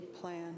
plan